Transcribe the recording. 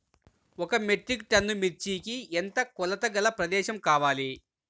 ఒక metric tonne మిర్చికి ఎంత కొలతగల ప్రదేశము కావాలీ?